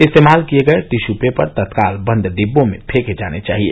इस्तेमाल किये गये टिश्यू पेपर तत्काल बंद डिब्बों में फेंके जाने चाहिए